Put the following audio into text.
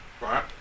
right